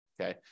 okay